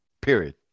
Period